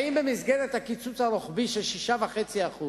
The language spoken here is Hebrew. האם במסגרת הקיצוץ הרוחבי של 6.5%,